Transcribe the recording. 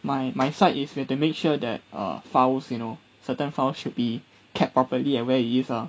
my my side is you have to make sure that err files you know certain files should be kept properly at where it is ah